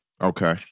Okay